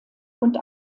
und